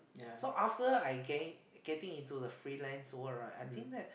so after I getting into freelance work right I think that